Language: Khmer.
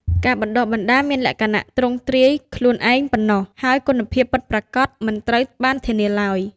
ការបណ្ដុះបណ្ដាលមានលក្ខណៈទ្រទ្រង់ខ្លួនឯងប៉ុណ្ណោះ ហើយគុណភាពពិតប្រាកដមិនត្រូវបានធានាឡើយ។